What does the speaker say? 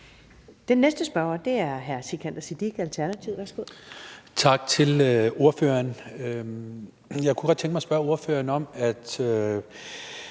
Den næste spørger er hr. Sikandar Siddique,